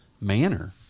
manner